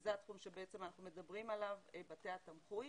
וזה התחום שאנחנו מדברים עליו, בתי התמחוי,